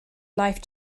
life